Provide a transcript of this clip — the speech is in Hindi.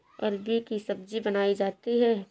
अरबी की सब्जी बनायीं जाती है